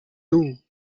two